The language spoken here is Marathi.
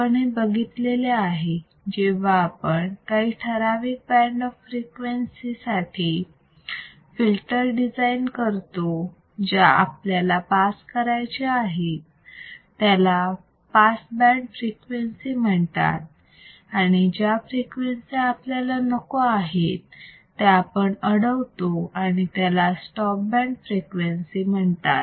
आपण हे बघितलेले आहे जेव्हा आपण काही ठराविक बँड ऑफ फ्रिक्वेन्सी साठी फिल्टर डिझाईन करतो ज्या आपल्याला पास करायच्या आहेत त्याला पास बँड फ्रिक्वेन्सी म्हणतात आणि ज्या फ्रिक्वेन्सी आपल्याला नको आहेत त्या आपण अडवतो आणि त्याला स्टॉप बँड फ्रिक्वेन्सी म्हणतात